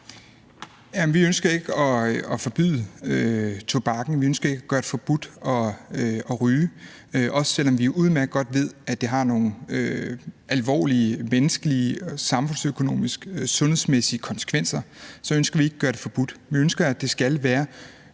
Vi ønsker ikke at forbyde tobakken, vi ønsker ikke at gøre det forbudt at ryge. Også selv om vi udmærket godt ved, at det har nogle alvorlige menneskelige og samfundsøkonomiske og sundhedsmæssige konsekvenser, ønsker vi ikke at gøre det forbudt. Vi ønsker, at det skal være